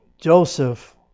Joseph